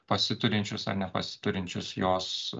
pasiturinčius ar nepasiturinčius jos